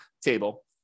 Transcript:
table